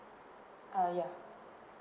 uh yeah